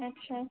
ଆଚ୍ଛା